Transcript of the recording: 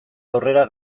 aurrera